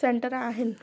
centre आहिनि